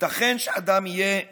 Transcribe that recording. ייתכן שאדם יהיה אילם,